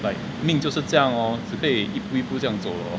like 命就是这样 lor 只可以一步一步这样走 lor